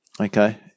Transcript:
Okay